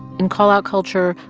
in call-out culture,